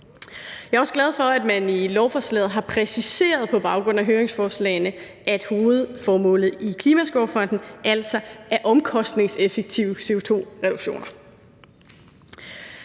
Jeg er også glad for, at man i lovforslaget på baggrund af høringssvarene har præciseret, at hovedformålet med Klimaskovfonden altså er omkostningseffektive CO2-reduktioner.